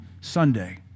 Sunday